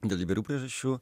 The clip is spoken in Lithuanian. dėl įvairių priežasčių